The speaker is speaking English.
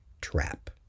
trap